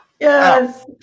Yes